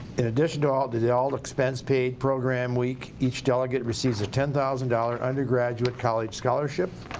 in addition to ah to the all-expense paid program week, each delegate receives a ten thousand dollars undergraduate college scholarship,